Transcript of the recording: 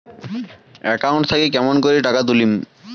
Account থাকি কেমন করি টাকা তুলিম?